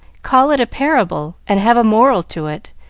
call it a parable, and have a moral to it,